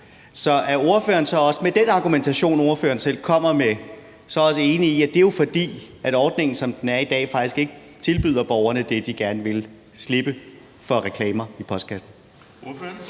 at man modtager det. Så med den argumentation, som ordføreren selv kommer med, er ordføreren så enig i, at det jo er, fordi ordningen, som den er i dag, faktisk ikke tilbyder borgerne det, de gerne vil, nemlig slippe for reklamer i postkassen?